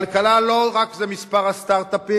כלכלה זה לא רק מספר הסטארט-אפים,